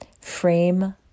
Frame